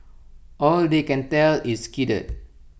all they can tell is skidded